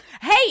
Hey